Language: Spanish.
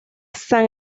san